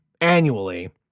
annually